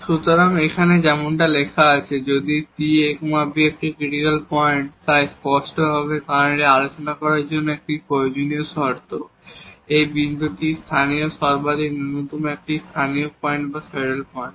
সুতরাং এখানে যেমনটি লেখা আছে যদি P a b একটি ক্রিটিকাল পয়েন্ট তাই স্পষ্টভাবে কারণ এটি আলোচনা করার জন্য একটি প্রয়োজনীয় শর্ত এই বিন্দুটি লোকাল মাক্সিমাম মিনিমাম একটি স্থানীয় পয়েন্ট বা একটি স্যাডেল পয়েন্ট